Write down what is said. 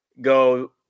go